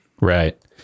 Right